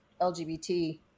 LGBT